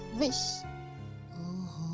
wish